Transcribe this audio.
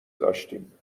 داشتیم